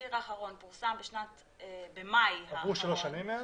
שהתזכיר האחרון פורסם במאי --- עברו שלוש שנים מאז.